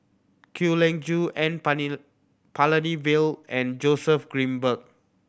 Kwek Leng Joo N Palanivelu and Joseph Grimberg